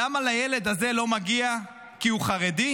למה לילד הזה לא מגיע, כי הוא חרדי?